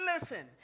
listen